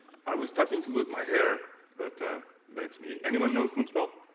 i was starting to lose my hair but that's me anyone knows munch well